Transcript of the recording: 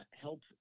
help